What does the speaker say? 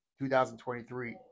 2023